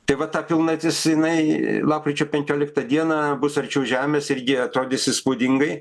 tai va ta pilnatis jinai lapkričio penkioliktą dieną bus arčiau žemės irgi atrodys įspūdingai